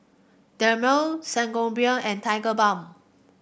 Dermale Sangobion and Tigerbalm